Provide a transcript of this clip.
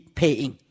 paying